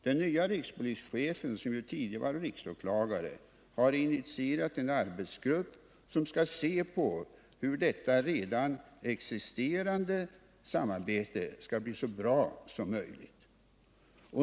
Den nye rikspolischefen, som ju tidigare varit riksåklagare, har initierat en arbetsgrupp som skall verka för att det redan existerande samarbetet blir så bra som möjligt.